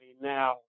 now